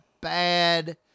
bad